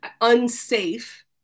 unsafe